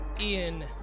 Ian